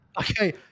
Okay